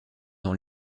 dans